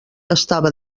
estava